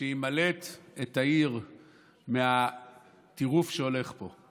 שימלט את העיר מהטירוף שהולך פה.